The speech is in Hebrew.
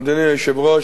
אדוני היושב-ראש,